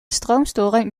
stroomstoring